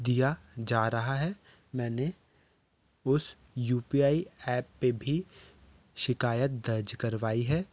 दिया जा रहा है मैंने उस यू पी आई एप पे भी शिकायत दर्ज कारवाई है